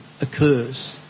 occurs